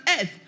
earth